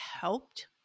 helped